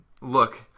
look